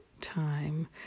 time